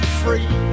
free